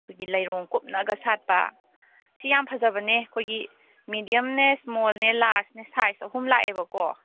ꯑꯩꯈꯣꯏꯒꯤ ꯂꯩꯔꯣꯡ ꯀꯨꯞꯅꯒ ꯁꯥꯠꯄ ꯁꯤ ꯌꯥꯝ ꯐꯖꯕꯅꯦ ꯑꯩꯈꯣꯏꯒꯤ ꯃꯦꯗꯤꯌꯝꯅꯦ ꯁ꯭ꯃꯣꯜꯅꯦ ꯂꯥꯔꯖꯅꯦ ꯁꯥꯏꯁ ꯑꯍꯨꯝ ꯂꯥꯛꯑꯦꯕꯀꯣ